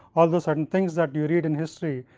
although certain things that you read in history,